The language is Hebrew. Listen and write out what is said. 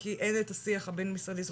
כי אין את השיח הבין משרדי,